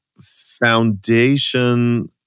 foundation